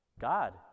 God